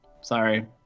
Sorry